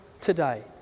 today